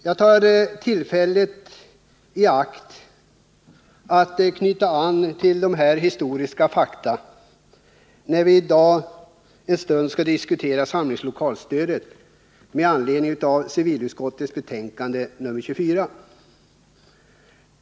Jag tar tillfället i akt att knyta an till dessa historiska fakta, när vi i dag en stund skall diskutera samlingslokalsstödet med anledning av civilutskottets betänkande nr 24.